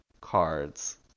cards